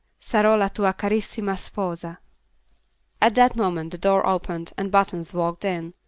saro lo tua carissima sposa at that moment the door opened and buttons walked in.